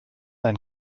ein